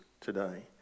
today